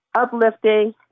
uplifting